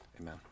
amen